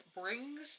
brings